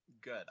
Good